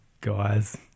guys